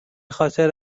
خاطر